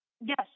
Yes